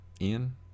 Ian